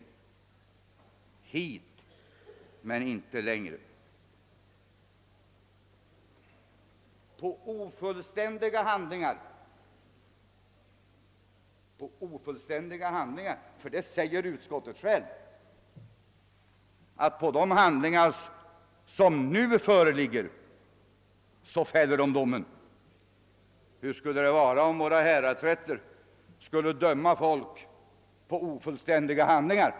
Utskottet fäller domen på ofullständiga handlingar — detta medger utskottet självt genom sin formulering att man grundar uppfattningen på »det material som för närvarande föreligger». Hur skulle det se ut om t.ex. våra hä radsrätter dömde folk på grundval av ofullständiga handlingar?